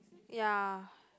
ya